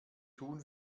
tun